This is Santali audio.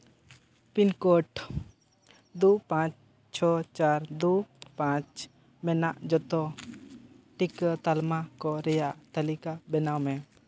ᱯᱤᱱ ᱠᱳᱰ ᱫᱩ ᱯᱟᱸᱪ ᱪᱷᱚ ᱪᱟᱨ ᱫᱩ ᱯᱟᱸᱪ ᱢᱮᱱᱟᱜ ᱡᱚᱛᱚ ᱴᱤᱠᱟᱹ ᱛᱟᱞᱢᱟ ᱠᱚ ᱨᱮᱭᱟᱜ ᱛᱟᱹᱞᱤᱠᱟ ᱵᱮᱱᱟᱣ ᱢᱮ